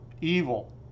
evil